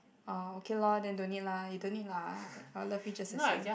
orh okay lor then don't need lah you don't need lah I I will love you just the same